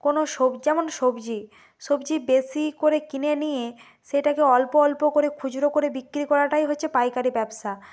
কোনো সব যেমন সবজি সবজি বেশি করে কিনে নিয়ে সেটাকে অল্প অল্প করে খুচরো করে বিক্রি করাটাই হচ্ছে পাইকারি ব্যবসা